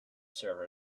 server